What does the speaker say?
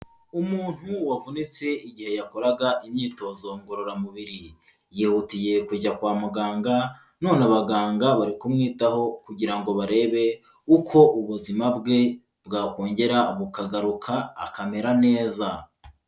Umuntu wavunitse igihe yakoraga imyitozo ngororamubiri, yihutiye kujya kwa muganga none abaganga bari kumwitaho kugira ngo barebe uko ubuzima bwe bwakongera bukagaruka akamera neza.